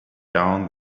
down